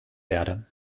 werde